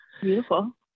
Beautiful